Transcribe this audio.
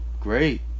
great